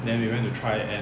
then we went to try and